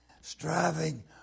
striving